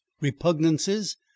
Repugnances